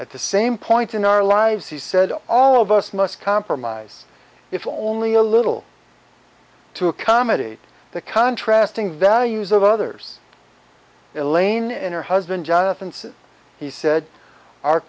at the same point in our lives he said all of us must compromise if only a little to accommodate the contrast in values of others elaine and her husband jonathan says he said